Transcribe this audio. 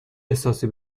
احساسی